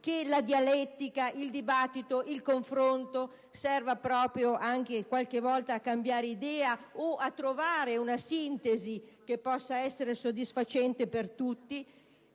la dialettica, il dibattito e il confronto servano proprio, qualche volta, a cambiare idea o a trovare una sintesi che possa essere soddisfacente per tutti?